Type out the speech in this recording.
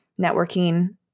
networking